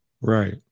Right